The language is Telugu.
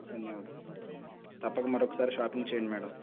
ధన్యవాద్ తప్పక మరొక్కసారి షాపింగ్ చేయండి మ్యాడమ్